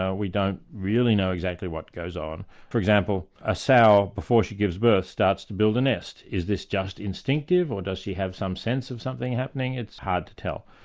ah we don't really know exactly what goes on. for example, a sow before she gives birth, starts to build a nest. is this just instinctive, or does she have some sense of something happening? it's hard to tell.